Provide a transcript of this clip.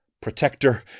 Protector